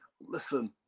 listen